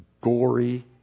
gory